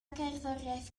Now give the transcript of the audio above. gerddoriaeth